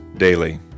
Daily